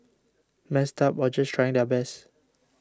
messed up or just trying their best